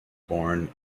born